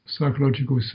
Psychological